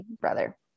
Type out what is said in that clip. brother